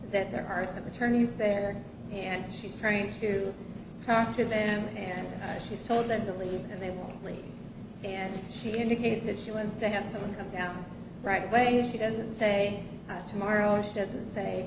that there are some attorneys there and she's trying to talk to them and she's told them to leave and they will leave and she indicated that she was to have someone come down right away she doesn't say tomorrow she doesn't say